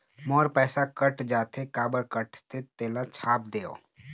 मोर पैसा कट जाथे काबर कटथे तेला छाप देव?